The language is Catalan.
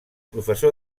professor